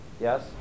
Yes